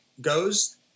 goes